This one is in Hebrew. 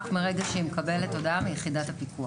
מרגע שהיא מקבלת הודעה מיחידת הפיקוח.